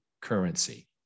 currency